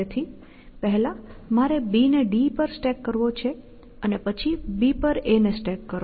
તેથી પહેલા મારે B ને D પર સ્ટેક કરવો છે અને પછી B પર A ને સ્ટેક કરો